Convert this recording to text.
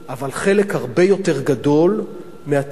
אבל חלק הרבה יותר גדול מהתמלוגים,